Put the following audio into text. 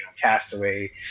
Castaway